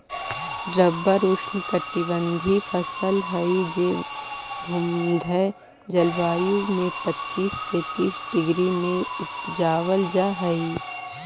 rubber ऊष्णकटिबंधी फसल हई जे भूमध्य जलवायु में पच्चीस से तीस डिग्री में उपजावल जा हई